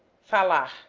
falar